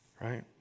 Right